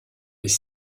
des